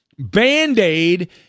Band-Aid